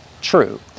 true